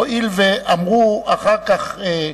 הואיל ואמרו אחר כך,